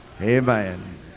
Amen